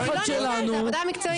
זה עבודה מקצועית.